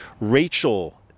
Rachel